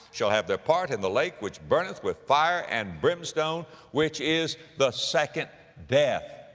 shall have their part in the lake which burneth with fire and brimstone which is the second death.